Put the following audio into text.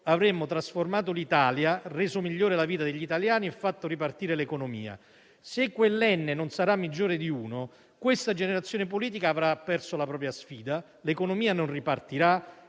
avremmo trasformato l'Italia, reso migliore la vita degli italiani e fatto ripartire l'economia. Se quell'*n* non sarà maggiore di 1 questa generazione politica avrà perso la propria sfida, l'economia non ripartirà,